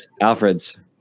Alfred's